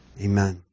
Amen